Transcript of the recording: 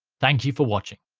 thank you for watching